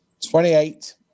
28